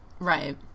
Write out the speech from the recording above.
Right